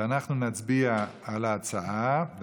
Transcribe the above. ואנחנו נצביע על ההצעה.